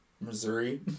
Missouri